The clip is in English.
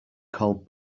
cold